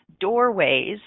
doorways